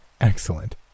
Excellent